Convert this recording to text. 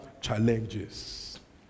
challenges